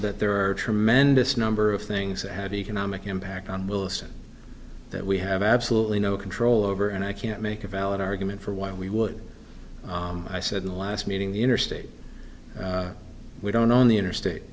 that there are tremendous number of things that have economic impact on wilson that we have absolutely no control over and i can't make a valid argument for why we would i said in the last meeting the interstate we don't own the interstate